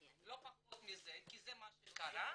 לא פחות מזה, כי זה מה שקרה,